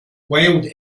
wild